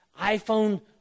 iPhone